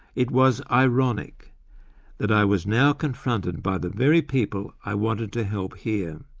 it was ironic that i was now confronted by the very people i wanted to help hear.